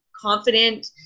confident